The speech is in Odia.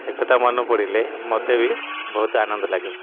ସେକଥା ମନେ ପଡ଼ିଲେ ମତେ ବି ବହୁତ ଆନନ୍ଦ ଲାଗେ